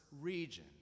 region